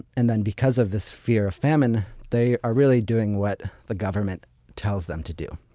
and then because of this fear of famine, they are really doing what the government tells them to do.